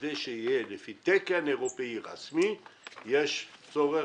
כדי שיהיה תקן אירופי רסמי יש צורך